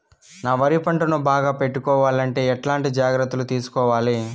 నా వరి పంటను బాగా పెట్టుకోవాలంటే ఎట్లాంటి జాగ్రత్త లు తీసుకోవాలి?